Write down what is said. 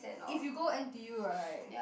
if you go n_t_u right